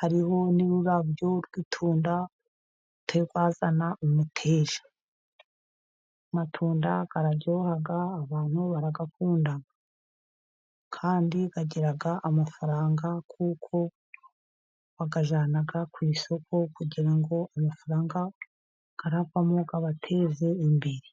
hariho n'ururabyo rw'itunda rutari rwazana imiteja, amatunda araryoha abantu barayakunda kandi agira amafaranga, kuko bayajyana ku isoko, kugira ngo amafaranga aravamo abateze imbere.